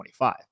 25